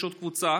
יש עוד קבוצה